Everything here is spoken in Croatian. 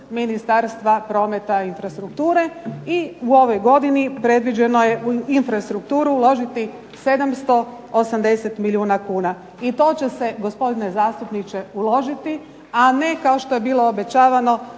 Ministarstva prometa i infrastrukture. I u ovoj godini predviđeno je u infrastrukturu uložiti 780 milijuna kuna i to će se gospodine zastupniče uložiti. A ne kao što je bilo obećavano